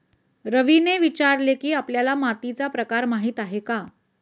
रवीने विचारले की, आपल्याला मातीचा प्रकार माहीत आहे का?